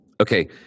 okay